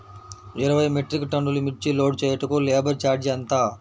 ఇరవై మెట్రిక్ టన్నులు మిర్చి లోడ్ చేయుటకు లేబర్ ఛార్జ్ ఎంత?